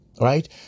Right